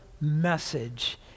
message